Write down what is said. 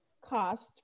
cost